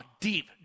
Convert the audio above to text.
deep